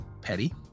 petty